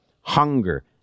hunger